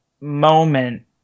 moment